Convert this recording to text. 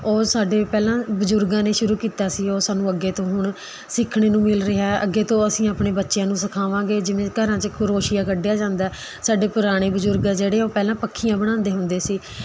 ਉਹ ਸਾਡੇ ਪਹਿਲਾਂ ਬਜ਼ੁਰਗਾਂ ਨੇ ਸ਼ੁਰੂ ਕੀਤਾ ਸੀ ਉਹ ਸਾਨੂੰ ਅੱਗੇ ਤੋਂ ਹੁਣ ਸਿੱਖਣ ਨੂੰ ਮਿਲ ਰਿਹਾ ਹੈ ਅੱਗੇ ਤੋਂ ਅਸੀਂ ਆਪਣੇ ਬੱਚਿਆਂ ਨੂੰ ਸਿਖਾਵਾਂਗੇ ਜਿਵੇਂ ਘਰਾਂ 'ਚ ਖਰੌਸ਼ੀਆ ਕੱਢਿਆ ਜਾਂਦਾ ਸਾਡੇ ਪੁਰਾਣੇ ਬਜ਼ੁਰਗ ਹੈ ਜਿਹੜੇ ਉਹ ਪਹਿਲਾਂ ਪੱਖੀਆਂ ਬਣਾਉਂਦੇ ਹੁੰਦੇ ਸੀ